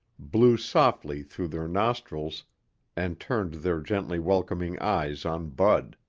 blew softly through their nostrils and turned their gently welcoming eyes on bud.